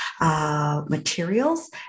materials